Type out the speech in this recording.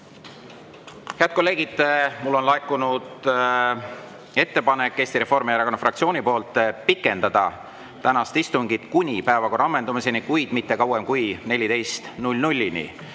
Head kolleegid, mulle on laekunud ettepanek Eesti Reformierakonna fraktsioonilt pikendada tänast istungit kuni päevakorra ammendumiseni, kuid mitte kauem kui kella